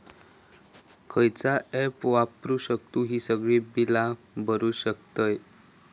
खयचा ऍप वापरू शकतू ही सगळी बीला भरु शकतय?